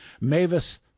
Mavis